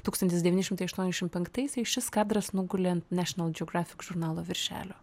tūkstantis devyni šimtai aštuoniasdešim penktaisiais šis kadras nugulė ant nešional džeografik žurnalo viršelio